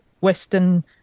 Western